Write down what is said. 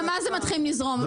גם אז הם מתחילים לזרום.